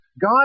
God